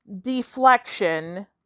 deflection